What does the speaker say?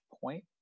Point